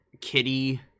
Kitty